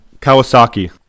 Kawasaki